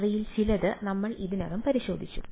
അവയിൽ ചിലത് ഞങ്ങൾ ഇതിനകം പരിശോധിച്ചു